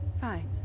Fine